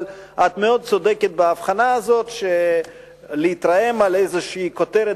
אבל את מאוד צודקת בהבחנה הזאת שלהתרעם על איזו כותרת